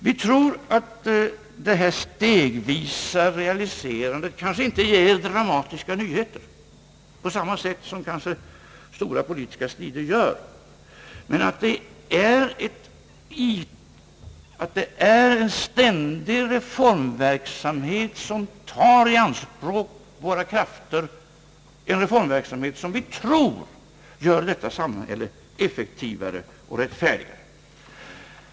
Vi tror att det stegvisa realiserandet av reformer kanske inte ger dramatiska nyheter på samma sätt som stora politiska strider gör. Men det är en ständig reformverksamhet som tar våra krafter i anspråk, en reformverksamhet som vi tror gör detta samhälle effektivare och rättfärdigare.